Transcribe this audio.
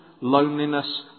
loneliness